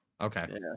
okay